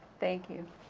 thank you.